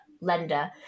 lender